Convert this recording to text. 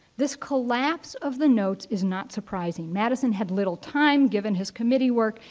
this collapse of the notes is not surprising. madison had little time given his committee work.